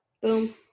boom